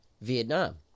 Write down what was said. Vietnam